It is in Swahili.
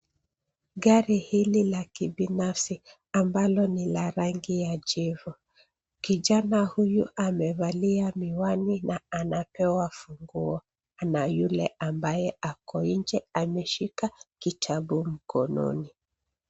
Gari hili la kibinafsi ambalo ni la rangi ya jivu. Kijana huyu amevalia miwani na anapewa funguo na yule ambaye ako nje ameshika kitabu mkononi.